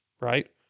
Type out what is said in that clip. right